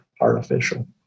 artificial